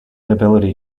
ability